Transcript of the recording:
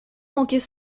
manquait